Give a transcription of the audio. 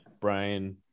Brian